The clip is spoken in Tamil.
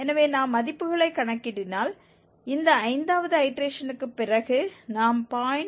எனவே நாம் மதிப்புகளை கணக்கிடினால் இந்த ஐந்தாவது ஐடேரேஷன்க்குப் பிறகு நாம் 0